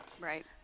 right